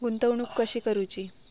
गुंतवणूक कशी करूची?